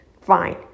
fine